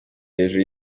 hejuru